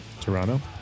toronto